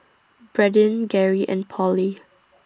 Bradyn Gary and Polly